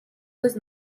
was